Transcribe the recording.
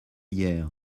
hier